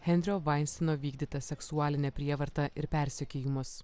henrio veinsteino vykdytą seksualinę prievartą ir persekiojimus